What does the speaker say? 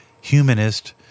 humanist